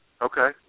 Okay